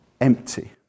empty